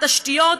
התשתיות.